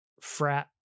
frat